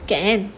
can